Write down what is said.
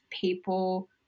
people